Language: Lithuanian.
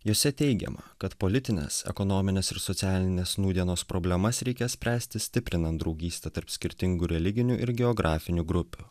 jose teigiama kad politines ekonomines ir socialines nūdienos problemas reikia spręsti stiprinant draugystę tarp skirtingų religinių ir geografinių grupių